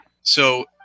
So-